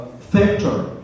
factor